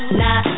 nah